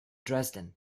dresden